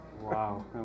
Wow